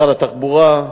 משרד התחבורה,